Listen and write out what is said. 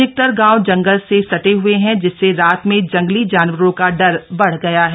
अधिकतर गांव जंगल से सटे हुए हैं जिससे रात में जंगली जानवरों का डर बढ़ गया है